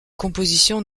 composition